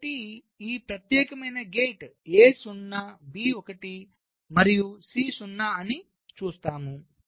కాబట్టి ఈ ప్రత్యేకమైన గేట్ A 0 B 1 మరియు C 0 అని చూస్తాము